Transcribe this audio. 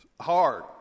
hard